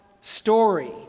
story